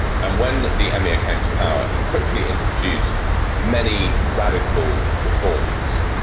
and when the emir came to power he quickly introduced many radical reforms,